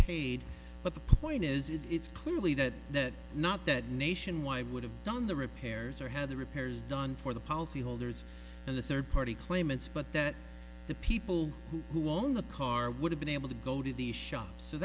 paid but the point is it's clearly that that not that nationwide would have done the repairs or had the repairs done for the policyholders and the third party claimants but that the people who own the car would have been able to go to the shop so